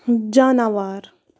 جاناوار